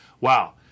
wow